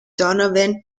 donovan